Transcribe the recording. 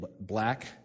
Black